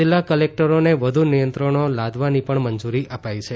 જિલ્લા કલેકટરોને વધુ નિયંત્રણો લાદવાની પણ મંજુરી અપાઇ છે